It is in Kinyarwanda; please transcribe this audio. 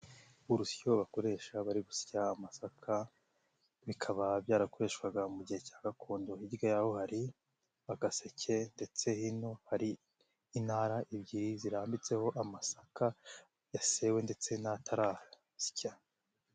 Urusyo bakoresha bari gusya amasaka, bikaba byarakoreshwaga mu gihe cya gakondo, hirya y'aho hari agaseke ndetse hino hari intara ebyiri zirambitseho amasaka yasewe ndetse n'atarasya.